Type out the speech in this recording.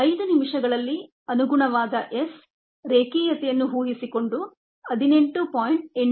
5 ನಿಮಿಷಗಳಲ್ಲಿ ಅನುಗುಣವಾದ s ರೇಖೀಯತೆಯನ್ನು ಉಹಿಸಿಕೊಂಡು 18